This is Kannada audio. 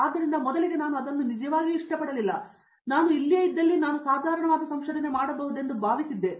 ಆದ್ದರಿಂದ ಮೊದಲಿಗೆ ನಾನು ಅದನ್ನು ನಿಜವಾಗಿಯೂ ಇಷ್ಟಪಡಲಿಲ್ಲ ಮತ್ತು ನಾನು ಇಲ್ಲಿಯೇ ಇದ್ದಲ್ಲಿ ನಾನು ಸಾಧಾರಣವಾದ ಸಂಶೋಧನೆ ಮಾಡಬಹುದೆಂದು ಭಾವಿಸಿದೆವು